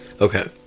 Okay